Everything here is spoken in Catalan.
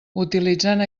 utilitzant